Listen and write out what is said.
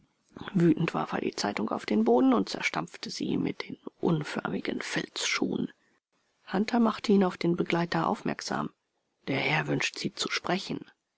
wütend warf er die zeitung auf den boden und zerstampfte sie mit den unförmigen filzschuhen hunter machte ihn auf den begleiter aufmerksam der herr wünscht sie zu sprechen